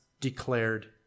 declared